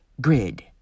grid